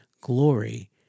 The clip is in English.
glory